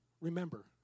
remember